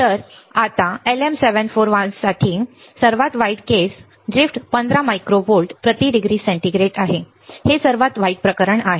आता LM741 साठी सर्वात वाईट केस ड्रीफ्ट 15 मायक्रो व्होल्ट प्रति डिग्री सेंटीग्रेड आहे हे सर्वात वाईट प्रकरण आहे